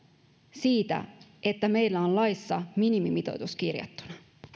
siitä että meillä on laissa minimimitoitus kirjattuna